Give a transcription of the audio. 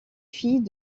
filles